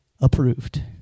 approved